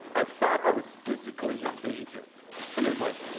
i thought i was physically in danger and it was like,